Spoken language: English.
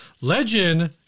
Legend